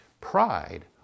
Pride